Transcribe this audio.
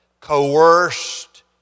coerced